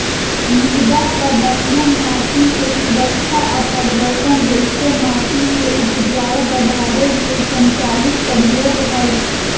मृदा प्रबन्धन माटिके सुरक्षा आ प्रदर्शन जइसे माटिके उपजाऊ बढ़ाबे लेल संचालित प्रयोग हई